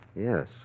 Yes